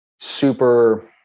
super